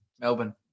Melbourne